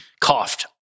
coughed